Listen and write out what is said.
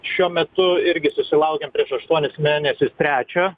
šiuo metu irgi susilaukėm prieš aštuonis mėnesius trečio